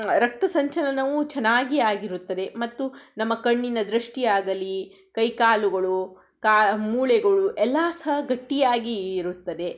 ರಕ್ತ ಸಂಚಲನವೂ ಚೆನ್ನಾಗಿ ಆಗಿರುತ್ತದೆ ಮತ್ತು ನಮ್ಮ ಕಣ್ಣಿನ ದೃಷ್ಟಿಯಾಗಲಿ ಕೈ ಕಾಲುಗಳು ಕಾ ಮೂಳೆಗಳು ಎಲ್ಲಾ ಸಹ ಗಟ್ಟಿಯಾಗಿ ಇರುತ್ತದೆ